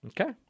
Okay